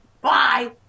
bye